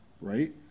right